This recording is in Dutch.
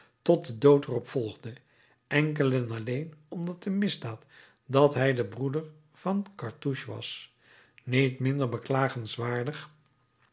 tot de dood er op volgde enkel en alleen om de misdaad dat hij de broeder van cartouche was niet minder beklagenswaard